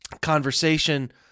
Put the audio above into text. conversation